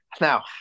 Now